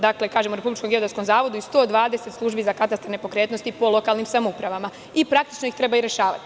Dakle, kažem u Republičkom geodetskom zavodu i 120 službi za katastar nepokretnosti po lokalnim samoupravama i praktično ih treba i rešavati.